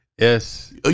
Yes